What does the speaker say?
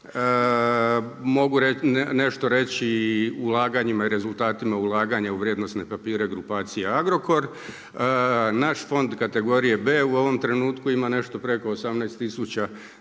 mogu nešto reći i o ulaganjima i rezultatima ulaganja u vrijednosne papire grupacije Agrokor. Naš fond kategorije B u ovom trenutku ima nešto preko 18000